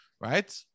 Right